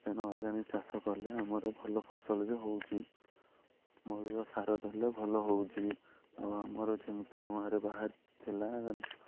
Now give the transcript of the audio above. କାହିଁନା ଅର୍ଗାନିକ ଚାଷ କଲେ ଆମର ଭଲ ଫସଲ ବି ହେଉଛି ମଳିକ ସାର ଦେଲେ ଭଲ ହେଉଛି ଆଉ ଆମର ଯେମିତି ନୂଆରେ ବାହାରି ଥିଲା